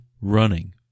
running